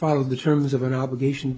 follow the terms of an obligation